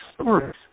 stories